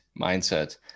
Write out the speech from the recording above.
mindset